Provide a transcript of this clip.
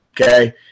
Okay